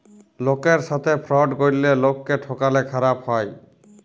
লকের সাথে ফ্রড ক্যরলে লকক্যে ঠকালে খারাপ হ্যায়